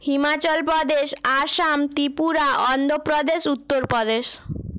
Himachal Pradesh Assam Tripura Andhra Pradesh Uttar Pradesh